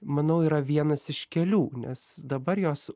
manau yra vienas iš kelių nes dabar jos